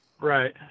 Right